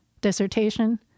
dissertation